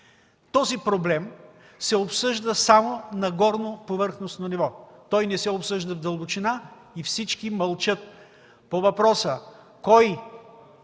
Този проблем се обсъжда само на горно, повърхностно ниво. Той не се обсъжда в дълбочина и всички мълчат по въпроса: кой